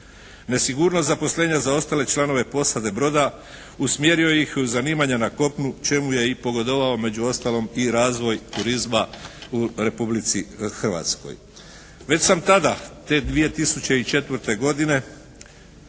Nesigurnost zaposlenja za ostale članove posade broda usmjerio ih je u zanimanja na kopnu čemu je i pogodovao među ostalom i razvoj turizma u Republici Hrvatskoj. Već sam tada te 2004. godine